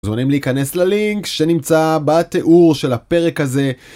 מוזמנים להיכנס ללינק שנמצא בתיאור של הפרק הזה.